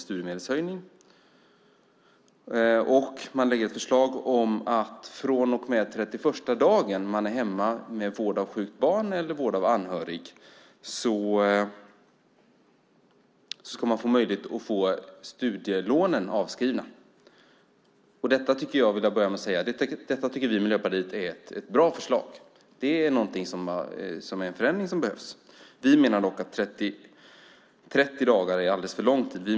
Nu lägger regeringen fram ett förslag om att man från och med den 31:a dagen man är hemma för vård av sjukt barn eller av anhörig har möjlighet att få studielånet avskrivet. Vi i Miljöpartiet tycker att det är ett bra förslag och en förändring som behövs. Vi menar dock att 30 dagar är en alldeles för lång tid.